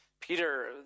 Peter